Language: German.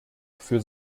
für